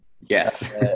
Yes